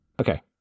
Okay